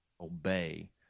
obey